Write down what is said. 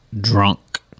drunk